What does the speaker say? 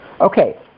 Okay